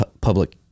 public